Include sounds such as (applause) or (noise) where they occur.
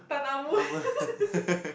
Tan-Ah-Mu (laughs)